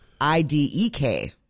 I-D-E-K